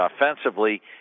offensively